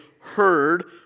heard